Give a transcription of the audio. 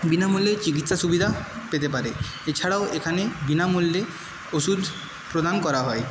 বিনামূল্যে চিকিৎসা সুবিধা পেতে পারে এছাড়াও এখানে বিনামূল্যে ওষুধ প্রদান করা হয়